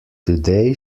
today